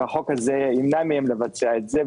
והחוק הזה ימנע מהם לבצע את זה.